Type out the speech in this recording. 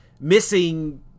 missing